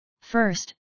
First